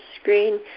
screen